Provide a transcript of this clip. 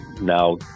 now